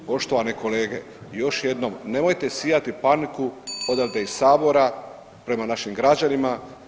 Poštovane kolege još jednom nemojte sijati paniku odavde iz sabora prema našim građanima.